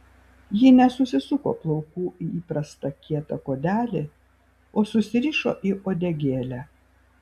ji nesusisuko plaukų į įprastą kietą kuodelį o susirišo į uodegėlę